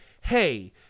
hey